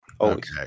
Okay